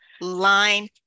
line